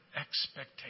expectation